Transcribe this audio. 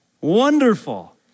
Wonderful